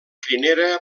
crinera